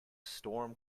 storm